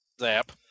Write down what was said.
Zap